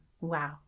Wow